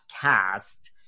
cast